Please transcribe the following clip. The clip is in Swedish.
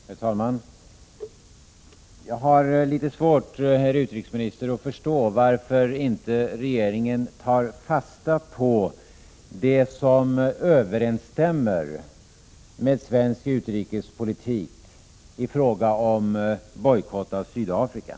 Herr talman! Jag har litet svårt, herr utrikesminister, att förstå varför regeringen inte tar fasta på det som överensstämmer med svensk utrikespolitik i fråga om bojkott av Sydafrika.